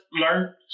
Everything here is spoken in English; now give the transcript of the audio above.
learn